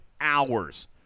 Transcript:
hours